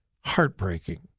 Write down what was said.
heartbreaking